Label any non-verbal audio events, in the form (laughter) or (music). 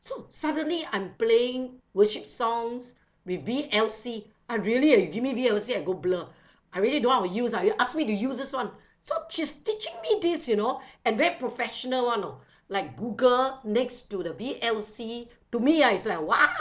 so suddenly I'm playing worship songs with V_L_C uh really uh you give me V_L_C I go blur (breath) I really don't know how to use ah you ask me to use this [one] so she's teaching me this you know (breath) and very professional [one] you know like google next to the V_L_C to me ah is like !wah!